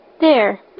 There